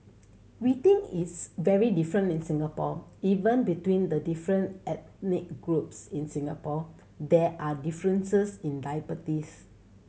we think it's very different in Singapore even between the different ethnic groups in Singapore there are differences in diabetes